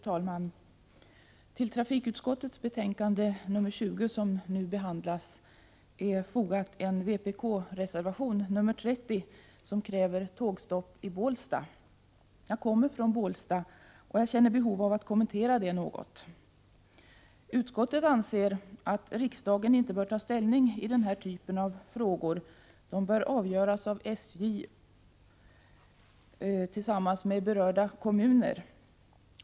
Fru talman! Till trafikutskottets betänkande nr 22, som nu behandlas, är fogad en vpk-reservation, nr 30, i vilken det krävs tågstopp i Bålsta. Jag kommer från Bålsta, och jag känner behov av att något kommentera vpk-reservationen. Utskottet anser att riksdagen inte bör ta ställning i den här typen av frågor utan att dessa bör avgöras av SJ tillsammans med berörda kommuner.